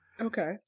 Okay